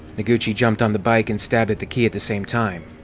noguchi jumped on the bike and stabbed at the key at the same time.